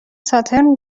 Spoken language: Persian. ساتِرن